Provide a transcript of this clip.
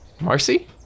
Marcy